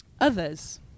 others